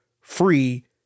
free